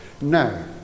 No